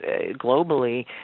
globally